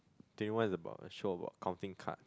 twenty one is about a show about counting card